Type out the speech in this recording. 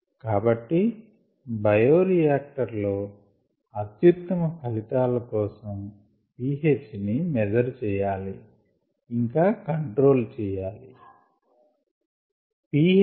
కాబట్టి బయోరియాక్టర్ లో అత్యుత్తమ ఫలితాల కోసం pH ని మేజర్ చెయ్యాలి ఇంకా కంట్రోల్ చెయ్యాలి